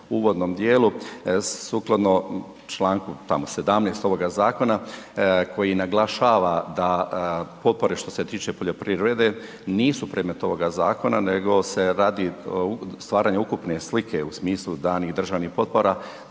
u uvodnom dijelu, sukladno čl. tamo 17. ovoga zakona koji naglašava da potpore što se tiče poljoprivrede, nisu predmet ovoga zakona, nego se radi stvaranja ukupne slike u smislu danih državnih potpora